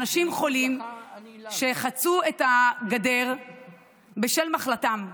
אנשים חולים שחצו את הגדר בשל מחלתם.